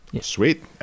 Sweet